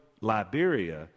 Liberia